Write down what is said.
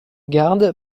garde